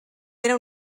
era